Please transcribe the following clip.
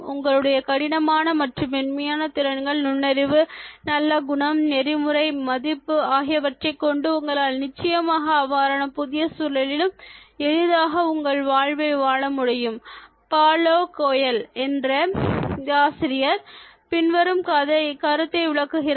உங்களுடைய கடினமான மற்றும் மென்மையான திறன்கள் நுண்ணறிவு நல்ல குணம் நெறிமுறை மதிப்பு ஆகியவற்றை கொண்டு உங்களால் நிச்சயமாக அவ்வாறான புதிய சூழலிலும் எளிதாக உங்கள் வாழ்வை வாழ முடியும் பாலோ கோயல் என்ற ஆசிரியர் பின்வரும் கருத்தை விளக்குகிறார்